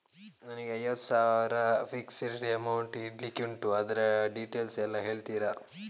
ನನಗೆ ಐವತ್ತು ಸಾವಿರ ಫಿಕ್ಸೆಡ್ ಅಮೌಂಟ್ ಇಡ್ಲಿಕ್ಕೆ ಉಂಟು ಅದ್ರ ಡೀಟೇಲ್ಸ್ ಎಲ್ಲಾ ಹೇಳ್ತೀರಾ?